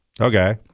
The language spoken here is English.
Okay